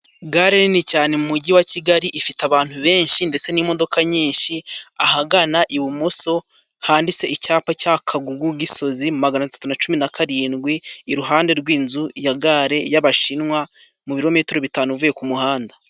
Gare nini cyane mu mujyi wa Kigali ifite abantu benshi ndetse n'imodoka nyinshi ahagana ibumoso handitse icyapa cya Kagugu Gisozi magana atatu na cumi na karindwi iruhande rw'inzu ya gare y'abashinwa mu birometero bitanu uvuye ku muhanda.